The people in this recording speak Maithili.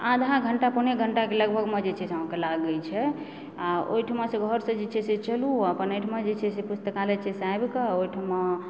आधा घण्टा पौने घण्टाके लगभगमे जे छै से लागय छै आ ओहिठमासँ घरसंँ जे छै से चलूँ अपन जे छै से पुस्तकालय छै से आबिकऽओहिठमा